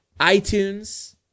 iTunes